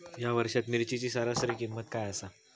या वर्षात मिरचीची सरासरी किंमत काय आसा?